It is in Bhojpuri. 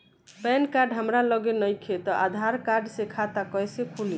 पैन कार्ड हमरा लगे नईखे त आधार कार्ड से खाता कैसे खुली?